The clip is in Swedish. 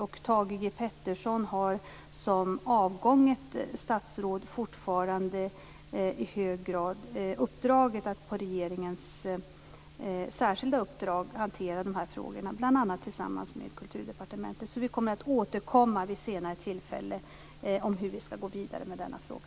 Thage G Peterson har som avgånget statsråd fortfarande i hög grad uppdraget att hantera de här frågorna på regeringens särskilda uppdrag, bl.a. tillsammans med Kulturdepartementet. Vi kommer vid senare tillfälle att återkomma om hur vi skall gå vidare med denna fråga.